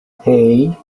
hey